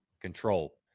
control